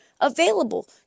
available